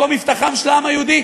מקום מבטחו של העם היהודי,